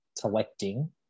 collecting